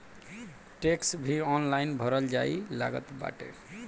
tax भी online भरल जाए लागल बाटे